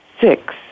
six